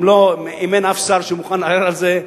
אם אין אף שר שמוכן לערער על זה,